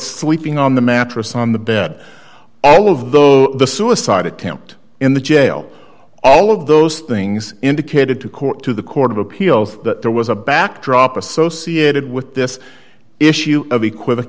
sleeping on the mattress on the bed all of those the suicide attempt in the jail all of those things indicated to court to the court of appeals that there was a back drop associated with this issue of equi